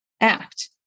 act